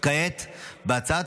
שבה הוא